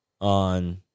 on